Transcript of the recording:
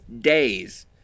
days